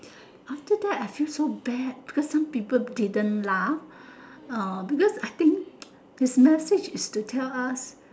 after that I feel so bad because some people didn't lah uh because I think his message is to tell us